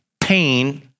pain